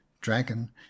dragon